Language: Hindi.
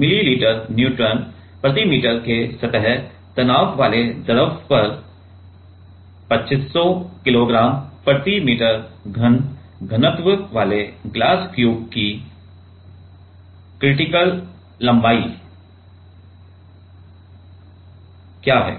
मिली न्यूटन प्रति मीटर के सतह तनाव वाले द्रव पर २५०० किग्रा प्रति मीटर घन घनत्व वाले ग्लास क्यूब की क्रांतिक लंबाई क्या है